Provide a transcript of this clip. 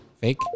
Fake